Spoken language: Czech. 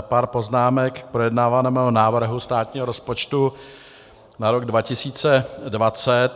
pár poznámek k projednávanému návrhu státního rozpočtu na rok 2020.